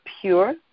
pure